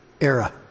era